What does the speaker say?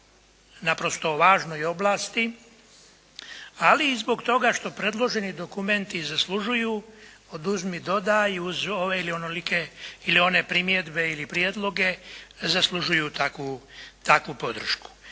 naprosto važnoj oblasti, ali i zbog toga što predloženi dokumenti zaslužuju oduzmi dodaj, uz ove ili one primjedbe ili prijedloge zaslužuju takvu podršku.